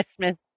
Christmas